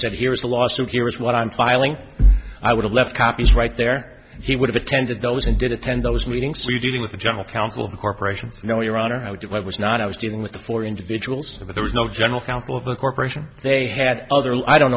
said here is a lawsuit here is what i'm filing i would have left copies right there and he would have attended those and did attend those meetings so you dealing with the general counsel of the corporations you know your honor i would do i was not i was dealing with the four individuals that there was no general counsel of the corporation they had other i don't